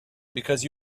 because